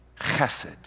Chesed